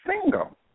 single